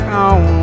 on